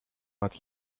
but